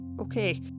Okay